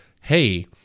hey